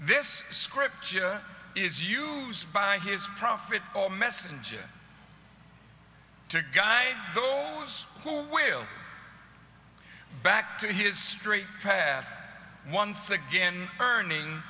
this scripture is used by his prophet or messenger to guide those who will back to his straight path once again earning